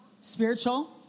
Spiritual